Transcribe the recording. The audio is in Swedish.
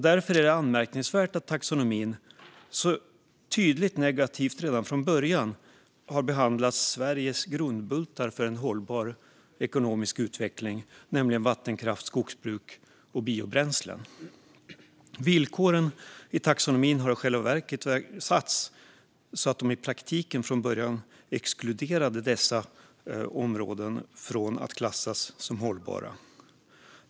Därför är det anmärkningsvärt att taxonomin så tydligt negativt redan från början har behandlat Sveriges grundbultar för en hållbar ekonomisk utveckling, nämligen vattenkraft, skogsbruk och biobränslen. Villkoren i taxonomin har i själva verket satts så att de i praktiken från början har exkluderat dessa områden från att klassas som hållbara.